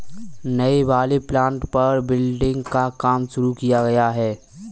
नए वाले प्लॉट पर बिल्डिंग का काम शुरू किया है